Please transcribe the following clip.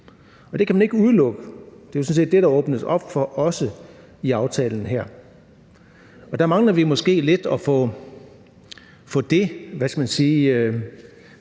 Det kan man ikke udelukke, og det er jo sådan set også det, der åbnes op for i aftalen her, og der mangler vi måske lidt at få de, hvad skal man sige,